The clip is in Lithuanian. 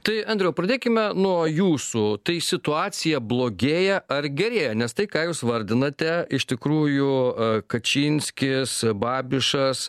tai andriau pradėkime nuo jūsų tai situacija blogėja ar gerėja nes tai ką jūs vardinate iš tikrųjų kačinskis babišas